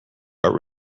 but